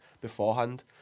beforehand